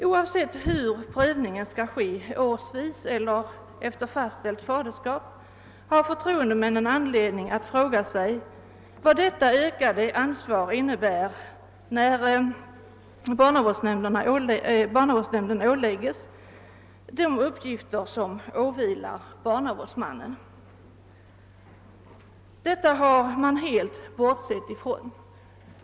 Oavsett hur prövningen skall ske, årsvis eller efter fastställt faderskap, har förtroendemännen anledning att fråga sig vad det ökade ansvaret innebär i och med att barnavårdsnämnden åläggs de uppgifter som nu åvilar barnavårdsmannen. Detta har man helt bortsett ifrån.